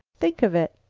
think of it!